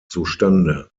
zustande